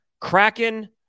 Kraken